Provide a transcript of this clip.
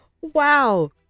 Wow